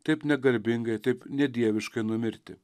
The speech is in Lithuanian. taip negarbingai taip nedieviška numirti